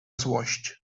złość